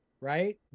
right